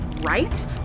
right